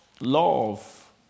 love